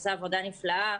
שעושה עבודה נפלאה.